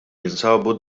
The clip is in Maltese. jinsabu